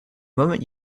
moment